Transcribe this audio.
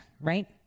Right